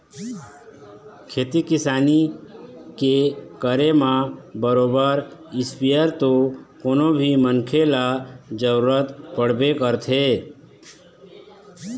खेती किसानी के करे म बरोबर इस्पेयर तो कोनो भी मनखे ल जरुरत पड़बे करथे